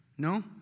No